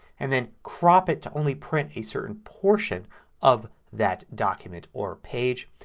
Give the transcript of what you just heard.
and then crop it to only print a certain portion of that document or page.